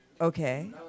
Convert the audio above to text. Okay